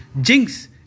Jinx